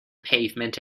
pavement